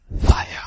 fire